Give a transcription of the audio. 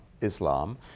islam